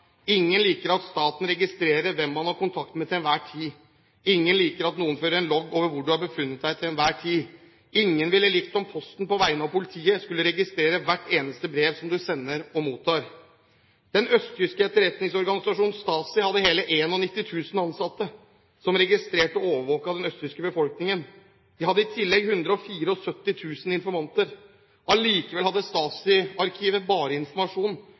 Ingen liker at staten registrerer hvem man har kontakt med til enhver tid. Ingen liker at noen fører en logg over hvor du har befunnet deg til enhver tid. Ingen ville likt at Posten på vegne av politiet skulle registrere hvert eneste brev som du sender eller mottar. Den østtyske etterretningsorganisasjonen Stasi hadde hele 91 000 ansatte som registrerte og overvåket den østtyske befolkningen. De hadde i tillegg 174 000 informanter. Allikevel hadde Stasiarkivet bare informasjon